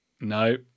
No